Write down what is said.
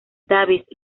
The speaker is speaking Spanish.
davis